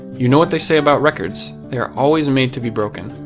you know what they say about records, they are always made to be broken.